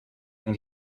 and